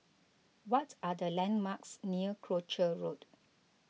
what are the landmarks near Croucher Road